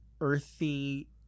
earthy